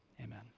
Amen